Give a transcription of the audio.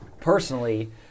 personally